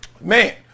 man